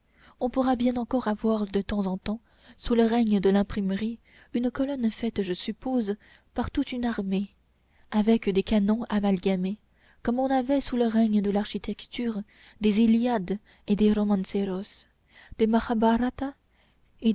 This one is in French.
on pourra bien encore avoir de temps en temps sous le règne de l'imprimerie une colonne faite je suppose par toute une armée avec des canons amalgamés comme on avait sous le règne de l'architecture des iliades et des romanceros des